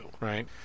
right